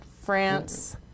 France